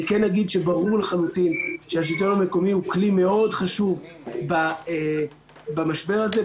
אני כן אגיד שברור לחלוטין שהשלטון המקומי הוא כלי מאוד חשוב במשבר הזה,